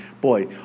Boy